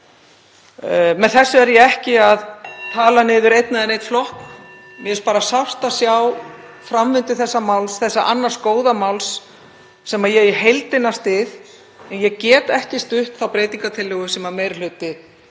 hringir.) er ég ekki að tala niður einn eða neinn flokk. Mér finnst bara sárt að sjá framvindu þessa máls, þessa annars góða máls sem ég í heildina styð, en ég get ekki stutt þá breytingartillögu sem meiri hluti